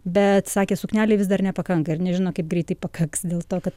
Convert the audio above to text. bet sakė suknelei vis dar nepakanka ir nežino kaip greitai pakaks dėl to kad